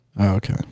Okay